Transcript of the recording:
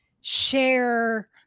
share